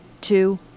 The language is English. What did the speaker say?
two